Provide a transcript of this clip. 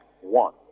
one